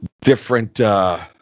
different